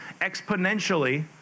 exponentially